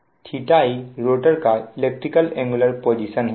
e rotor का electrical angular position है